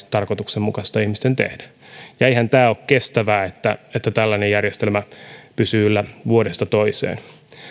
tarkoituksenmukaista ihmisten tehdä eihän tämä ole kestävää että että tällainen järjestelmä pysyy yllä vuodesta toiseen